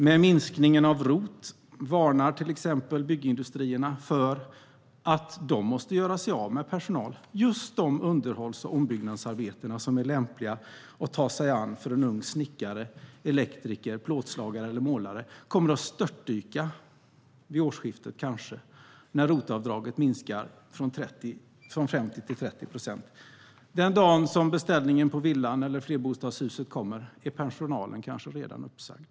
Byggindustrierna varnar till exempel för att de måste göra sig av med personal på grund av minskningen av ROT. Just de underhålls och ombyggnadsarbeten som är lämpliga att ta sig an för en ung snickare, elektriker, plåtslagare eller målare kommer kanske att störtdyka vid årsskiftet när ROT-avdraget minskar från 50 till 30 procent. Den dagen beställningen på villan eller flerbostadshuset kommer är personalen kanske redan uppsagd.